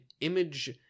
image